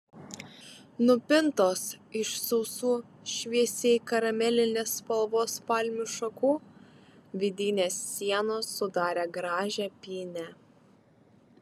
nupintos iš sausų šviesiai karamelinės spalvos palmių šakų vidinės sienos sudarė gražią pynę